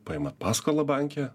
paimat paskolą banke